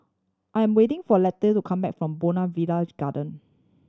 I'm waiting for Letty to come back from Bougainvillea Garden